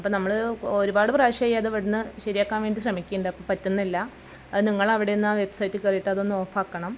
അപ്പോൾ നമ്മള് ഒരുപാട് പ്രാവശ്യമായി അത് ഇവിടെന്ന് ശരിയാക്കാൻ വേണ്ടി ശ്രമിക്കണുണ്ട് അപ്പോൾ പറ്റുന്നില്ല അത് നിങ്ങളവിടെന്ന് ആ വെബ്സൈറ്റിൽ കറീട്ട് അതൊന്ന് ഓഫാക്കണം